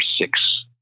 six